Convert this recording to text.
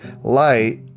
light